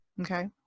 Okay